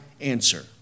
answer